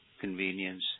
convenience